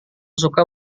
suka